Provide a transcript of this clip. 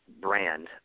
brand